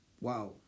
wow